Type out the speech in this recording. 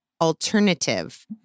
alternative